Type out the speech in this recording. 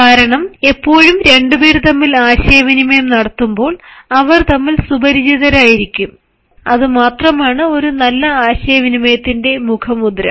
കാരണം എപ്പോഴും രണ്ടുപേർ തമ്മിൽ ആശയവിനിമയം നടത്തുമ്പോൾ അവർക്ക് ഒരു സാമാന്യതയും സുപരിചിതവും ഉണ്ടാവും അത് മാത്രമാണ് ഒരു നല്ല ആശയവിനിമയത്തിന്റെ മുഖമുദ്ര